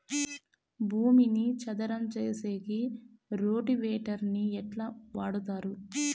భూమిని చదరం సేసేకి రోటివేటర్ ని ఎట్లా వాడుతారు?